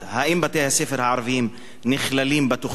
1. האם בתי-הספר הערביים נכללים בתוכנית?